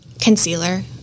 Concealer